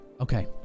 Okay